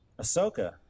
Ahsoka